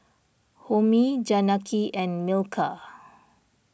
Homi Janaki and Milkha